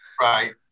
Right